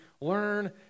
learn